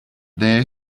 there